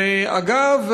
אגב,